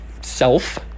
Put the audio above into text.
self